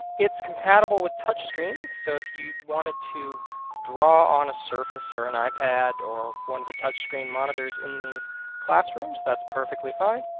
it's compatible with touch screens so if you wanted to draw on a surface or an ipad or one of the touch screen monitors in the classrooms, that's perfectly fine.